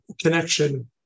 connection